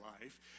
life